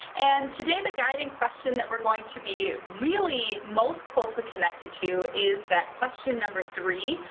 and today the guiding question that we're going to be really most closely connected to is that question number three.